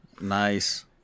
nice